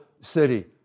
city